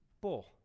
Bull